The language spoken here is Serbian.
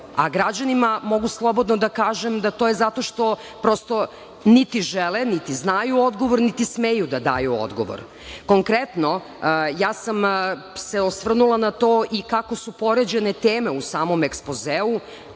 a građanima mogu slobodno da kažem to je zato što prosto, niti žele, niti znaju odgovor, niti smeju da daju odgovor. Konkretno, osvrnula sam se na to i kako su poređane teme u samom ekspozeu,